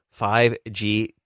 5G